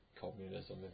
communism